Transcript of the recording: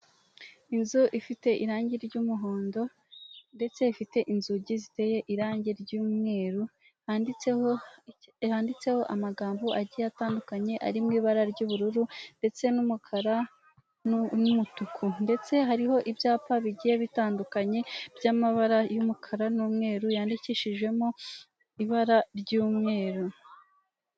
Inzu ifite irangi ry'umuhondo ndetse ifite inzugi ziteye irangi ry'umweru handitseho handitseho amagambo agiye atandukanye ari mu ibara ry'ubururu ndetse n'umukara n'umutuku ndetse hariho ibyapa bigiye bitandukanye by'amabara y'umukara n'umweru yandikishijemo ibara ry'umweru.